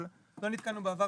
אבל לא נתקלנו בעבר